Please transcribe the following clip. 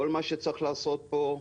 כל מה שצריך לעשות פה,